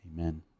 amen